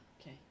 Okay